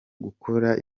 gukora